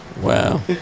Wow